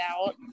out